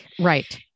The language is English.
Right